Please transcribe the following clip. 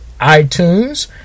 iTunes